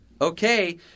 Okay